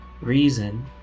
reason